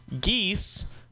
geese